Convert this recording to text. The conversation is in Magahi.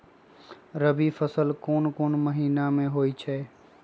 रबी फसल कोंन कोंन महिना में होइ छइ?